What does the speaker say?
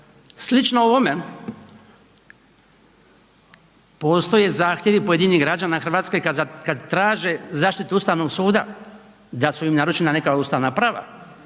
Slično ovome postoje zahtjevi pojedinih građana Hrvatske kad traže zaštitu Ustavnog suda da su im narušena neka ustavna prava.